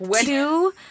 Two